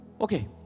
Okay